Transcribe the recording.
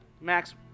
Max